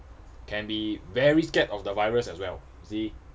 can be very scared of the virus as well you see